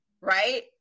Right